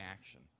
action